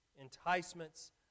enticements